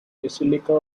basilica